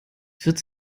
wird